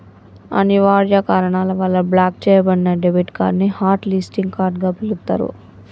అనివార్య కారణాల వల్ల బ్లాక్ చెయ్యబడిన డెబిట్ కార్డ్ ని హాట్ లిస్టింగ్ కార్డ్ గా పిలుత్తరు